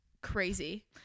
crazy